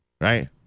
right